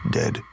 dead